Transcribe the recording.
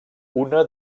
una